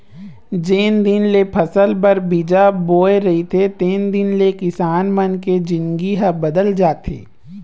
जेन दिन ले फसल बर बीजा बोय रहिथे तेन दिन ले किसान मन के जिनगी ह बदल जाथे